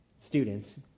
students